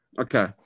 Okay